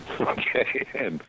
Okay